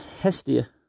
Hestia